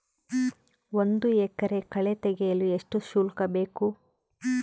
ಒಂದು ಎಕರೆ ಕಳೆ ತೆಗೆಸಲು ಎಷ್ಟು ಶುಲ್ಕ ಬೇಕು?